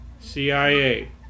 CIA